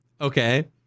Okay